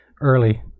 early